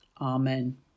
Amen